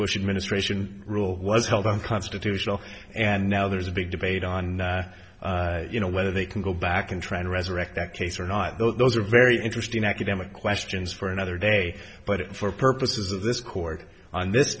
bush administration rule was held unconstitutional and now there's a big debate on you know whether they can go back and try to resurrect that case or not though those are very interesting academic questions for another day but for purposes of this court on this